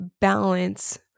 balance